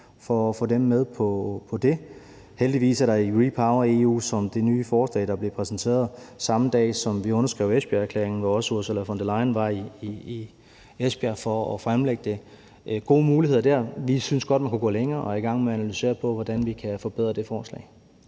for at få dem med på det. Heldigvis er der gode muligheder i REPowerEU, som er det nye forslag, der blev præsenteret samme dag, som vi underskrev Esbjergerklæringen, og som Ursula von der Leyen også var i Esbjerg for at fremlægge. Vi synes godt, man kunne gå længere, og er i gang med at analysere på, hvordan vi kan forbedre det forslag.